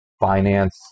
Finance